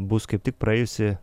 bus kaip tik praėjusi